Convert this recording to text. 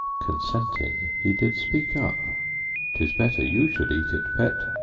consenting, he did speak up tis better you should eat it, pet,